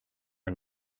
are